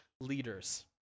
leaders